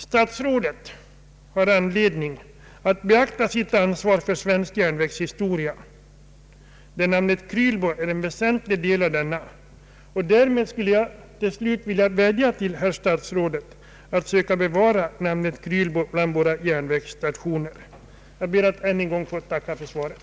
Statsrådet borde beakta sitt ansvar för svensk järnvägshistoria, där namnet Krylbo har en väsentlig ställning. Till slut vill jag vädja till herr statsrådet att söka bevara namnet Krylbo bland namnen på våra järnvägsstationer. Jag ber att än en gång få tacka för svaret.